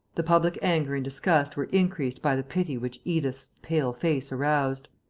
the public anger and disgust were increased by the pity which edith's pale face aroused.